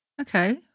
Okay